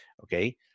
okay